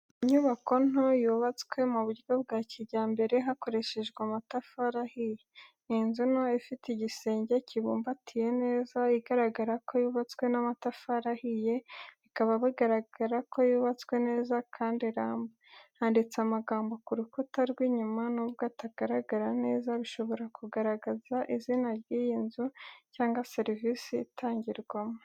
Inyubako nto yubatswe mu buryo bwa kijyambere hakoreshejwe amatafari ahiye. Ni inzu nto ifite igisenge kibumbatiye neza, igaragara ko yubatswe n’amatafari ahiye, bikaba bigaragaza ko yubatswe neza kandi iramba. Handitse amagambo ku rukuta rw’inyuma nubwo atagaragara neza, bishobora kugaragaza izina ry'iyi nzu cyangwa serivisi itangirwamo.